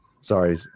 Sorry